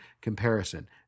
comparison